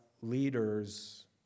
leaders